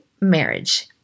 marriage